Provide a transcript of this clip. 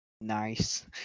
Nice